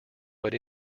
but